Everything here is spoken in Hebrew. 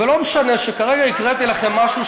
ולא משנה שכרגע הקראתי לכם משהו,